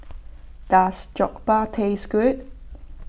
does Jokbal taste good